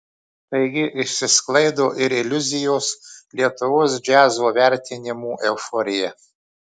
taigi išsisklaido ir iliuzijos lietuvos džiazo vertinimų euforija